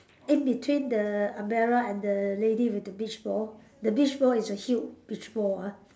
in between the umbrella and the lady with the beach ball the beach ball is a huge beach ball ah